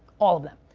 all of them.